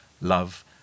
love